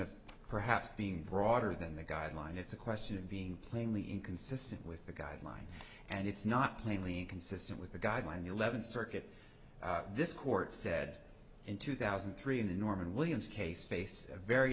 of perhaps being broader than the guideline it's a question of being plainly inconsistent with the guideline and it's not plainly consistent with the guideline eleven circuit this court said in two thousand and three in a norman williams case face a very